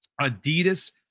Adidas